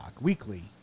weekly